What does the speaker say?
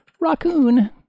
raccoon